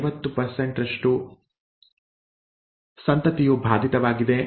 50ರಷ್ಟು ಸಂತತಿಯು ಬಾಧಿತವಾಗಿದೆ